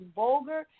vulgar